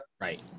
Right